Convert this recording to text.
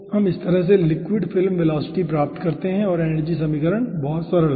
तो हम इस तरह से लिक्विड फिल्म वेलोसिटी प्राप्त करते हैं और एनर्जी समीकरण बहुत सरल है